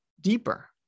deeper